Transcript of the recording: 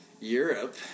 Europe